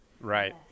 Right